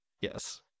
Yes